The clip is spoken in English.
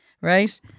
right